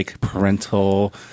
parental